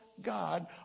God